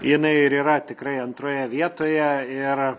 jinai ir yra tikrai antroje vietoje ir